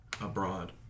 Abroad